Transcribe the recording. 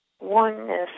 oneness